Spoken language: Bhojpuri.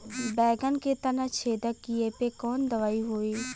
बैगन के तना छेदक कियेपे कवन दवाई होई?